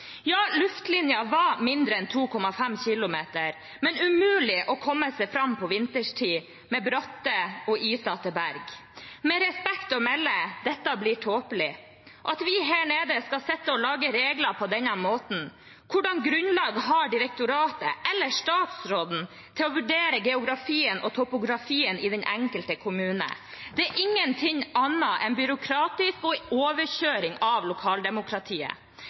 Ja, luftlinjen var mindre enn 2,5 km, men det var umulig å komme seg fram vinterstid, med bratte og isete berg. Med respekt å melde: Det blir tåpelig at vi her nede skal sitte og lage regler på denne måten. Hva slags grunnlag har direktoratet eller statsråden for å vurdere geografien og topografien i den enkelte kommune? Det er ingenting annet enn byråkratisk og en overkjøring av lokaldemokratiet.